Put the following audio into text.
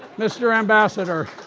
mr. ambassador.